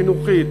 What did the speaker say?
חינוכית,